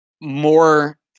more